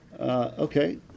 Okay